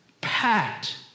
packed